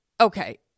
okay